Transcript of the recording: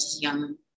young